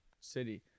city